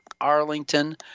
Arlington